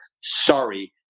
Sorry